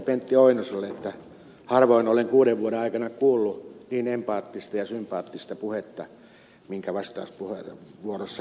pentti oinoselle että harvoin olen kuuden vuoden aikana kuullut niin empaattista ja sympaattista puhetta minkä vastauspuheenvuorossanne totesitte